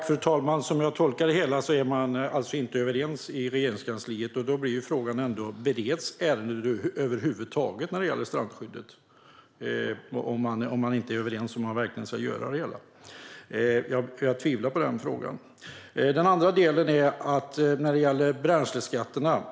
Fru talman! Som jag tolkar det hela är man inom Regeringskansliet inte överens. Om ni inte är överens om detta verkligen ska göras kan man undra om strandskyddet över huvud taget bereds nu. Jag tvivlar på det. Den andra delen handlar om bränsleskatterna.